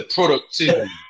Productivity